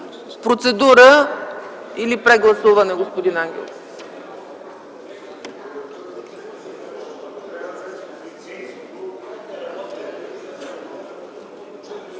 Процедура или прегласуване, господин